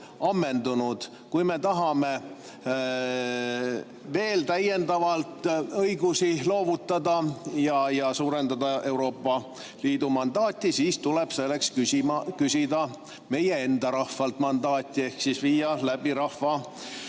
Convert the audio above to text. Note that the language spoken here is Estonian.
ammendunud. Kui me tahame veel täiendavalt õigusi loovutada ja suurendada Euroopa Liidu mandaati, siis tuleb selleks küsida meie enda rahvalt mandaati ehk teha